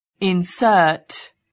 insert